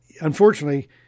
unfortunately